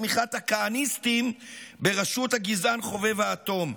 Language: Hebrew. תמיכת הכהניסטים בראשות הגזען חובב האטום.